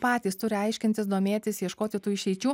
patys turi aiškintis domėtis ieškoti tų išeičių